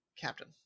Captain